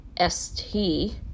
St